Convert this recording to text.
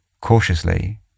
Cautiously